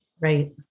Right